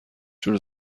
جور